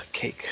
Cake